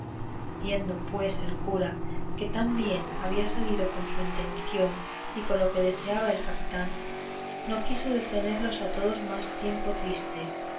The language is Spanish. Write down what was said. viendo pues el cura que tan bien había salido con su intención y con lo que deseaba el capitán no quiso tenerlos a todos más tiempo tristes